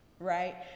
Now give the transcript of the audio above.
Right